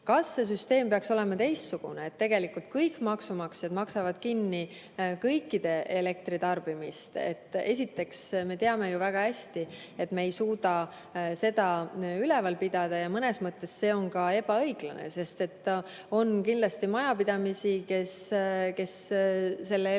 Kas see süsteem peaks olema teistsugune, et tegelikult kõik maksumaksjad maksavad kinni kõikide elektritarbimist? Esiteks, me teame ju väga hästi, et me ei suuda seda üleval pidada. Ja mõnes mõttes see oleks ka ebaõiglane, sest kindlasti on majapidamisi, kes ka selle elektri